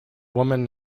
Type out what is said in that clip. woman